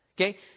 Okay